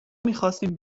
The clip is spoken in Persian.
میخواستیم